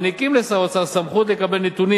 מעניקים לשר האוצר סמכות לקבל נתונים